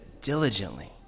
diligently